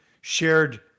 shared